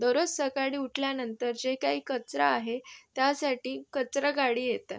दरोज सकाडी उठल्यानंतर जे काही कचरा आहे त्यासाठी कचरागाडी येतात